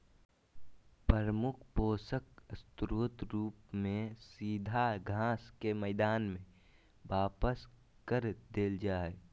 प्रमुख पोषक स्रोत रूप में सीधा घास के मैदान में वापस कर देल जा हइ